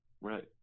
Right